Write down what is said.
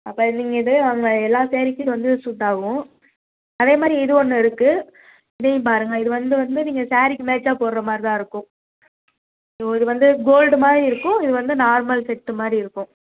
அப்போ நீங்கள் இதே வாங்கலாம் எல்லா சேரீக்கும் இது வந்து சூட் ஆகும் அதே மாதிரி இது ஒன்று இருக்குது இதையும் பாருங்கள் இது வந்து வந்து நீங்கள் சேரீக்கு மேட்ச்சாக போடுற மாதிரிதான் இருக்கும் இது வந்து கோல்டு மாதிரி இருக்கும் இது வந்து நார்மல் செட்டு மாதிரி இருக்கும்